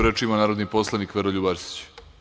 Reč ima narodni poslanik Veroljub Arsić.